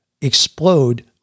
explode